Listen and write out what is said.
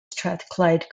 strathclyde